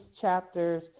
chapters